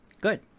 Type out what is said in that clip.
Good